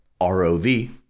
ROV